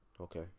Okay